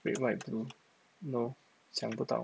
red white blue no 想不到